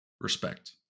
Respect